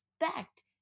expect